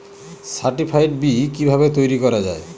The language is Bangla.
সার্টিফাইড বি কিভাবে তৈরি করা যায়?